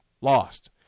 Lost